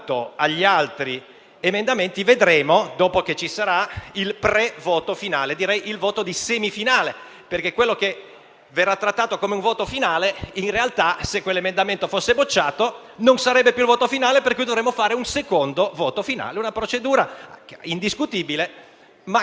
In effetti ho presentato degli emendamenti che riguardavano l'elettorato sia attivo che passivo. Quindi il fatto che una parte possa essere ritenuta preclusa non esclude che l'altra parte possa essere tenuta invece in considerazione.